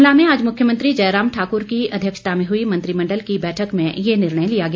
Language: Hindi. शिमला में आज मुख्यमंत्री जयराम ठाकुर की अध्यक्षता में हुई मंत्रिमंडल की बैठक में ये निर्णय लिया गया